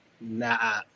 nah